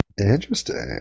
Interesting